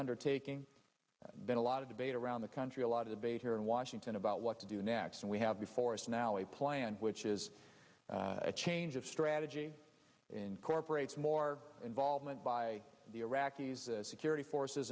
undertaking then a lot of debate around the country a lot of debate here in washington about what to do next and we have before us now a plan which is a change of strategy incorporates more involvement by the iraqis security forces